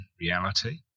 reality